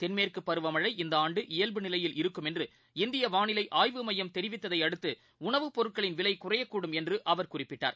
தென்மேற்குபருவமழை இந்தஆண்டு இயல்பு நிலையில் இருக்கும் இந்தியவானிலைஆய்வு என்று மையம் தெரிவித்ததையடுத்துஉணவு பொருட்களின் விலைகுறையக்கூடும் என்றுஅவர் குறிப்பிட்டார்